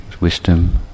wisdom